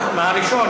מהראשון,